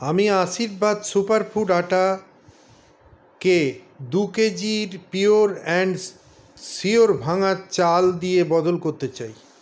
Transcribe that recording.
আমি Aashirvaad super food atta কে দুকেজির পিওর অ্যান্ড শিওর ভাঙ্গা চাল দিয়ে বদল করতে চাই